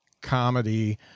comedy